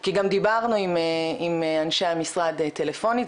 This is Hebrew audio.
כי גם דיברנו עם אנשי המשרד טלפונית,